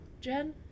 Jen